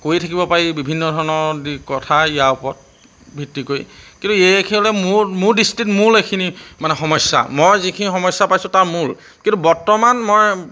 কৈয়ে থাকিব পাৰি বিভিন্ন ধৰণৰ কথা ইয়াৰ ওপৰত ভিত্তি কৰি কিন্তু এইখিনি হ'লে মোৰ মোৰ দৃষ্টিত মূল এইখিনি মানে সমস্যা মই যিখিনি সমস্যা পাইছোঁ তাৰ মূল কিন্তু বৰ্তমান মই